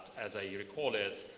as i recall it,